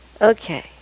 Okay